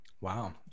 wow